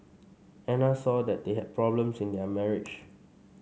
Anna saw that they had problems in their marriage